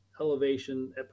Elevation